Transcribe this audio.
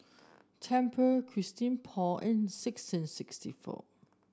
Tempur Christian Paul and sixteen sixty four